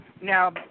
Now